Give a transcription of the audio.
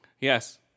Yes